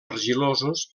argilosos